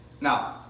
Now